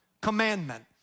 commandment